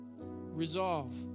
Resolve